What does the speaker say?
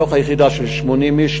מתוך יחידה של 80 איש,